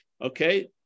Okay